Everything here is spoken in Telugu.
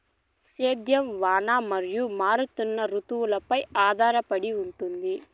సేద్యం వాన మరియు మారుతున్న రుతువులపై ఆధారపడి ఉంటుంది